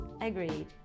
Agreed